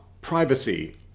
privacy